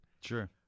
sure